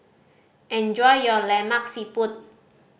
enjoy your Lemak Siput